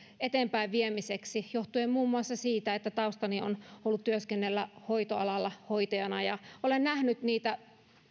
eteenpäinviemiseksi johtuen muun muassa siitä että taustani on ollut työskennellä hoitoalalla hoitajana ja olen nähnyt niitä